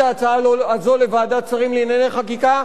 ההצעה הזו לוועדת שרים לענייני חקיקה,